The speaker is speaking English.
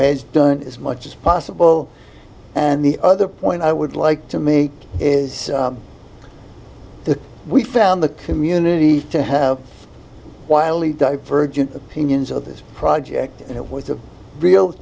has done as much as possible and the other point i would like to me is the we found the community to have wildly divergent opinions of this project and it was a real